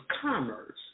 commerce